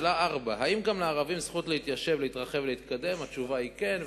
4. התשובה היא כן,